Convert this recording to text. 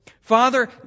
Father